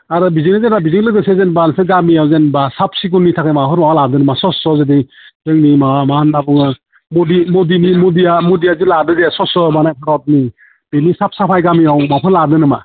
आरो बेजों लोगो जेनेबा नोंसोर गामियाव जेनेबा साफ सिखोननि थाखाय माबाफोर माबा लादों नामा स्वस्च' बिदि जोंनि मा होनना बुङो मदिया जे लादों जे माने स्वस्छ भारतनि बेनि साफ साफाय गामियाव माबाफोर लादों नामा